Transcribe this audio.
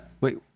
wait